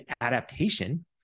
adaptation